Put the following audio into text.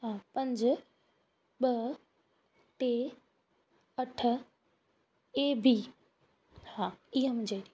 हा पंज ॿ टे अठ ए बी हा इहा हा मुंहिंजी आईडी